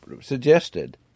suggested